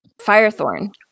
Firethorn